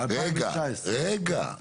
רגע.